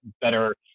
better